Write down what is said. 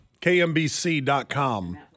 KMBC.com